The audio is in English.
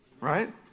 Right